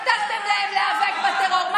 הבטחתם להם להיאבק בטרור.